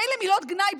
מילא מילות גנאי,